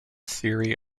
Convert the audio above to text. theory